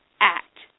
act